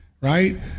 right